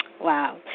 Wow